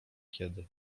kiedy